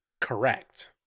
correct